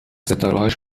ستارههاش